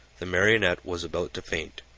the marionette was about to faint,